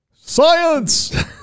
Science